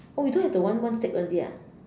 oh you don't have the one one stick only ah